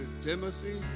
Timothy